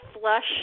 flush